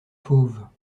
fauves